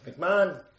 McMahon